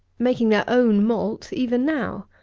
making their own malt, even now!